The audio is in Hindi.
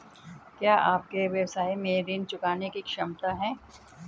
क्या आपके व्यवसाय में ऋण चुकाने की क्षमता है?